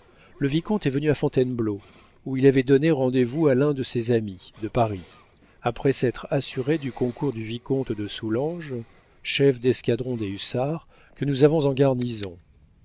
le vicomte est venu à fontainebleau où il avait donné rendez-vous à l'un de ses amis de paris après s'être assuré du concours du vicomte de soulanges chef d'escadron des hussards que nous avons en garnison